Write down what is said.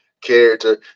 character